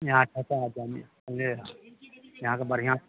अहाँ कसाय देम अहाँके बढ़िआँ